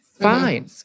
fine